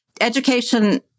education